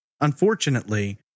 Unfortunately